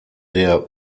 der